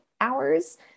hours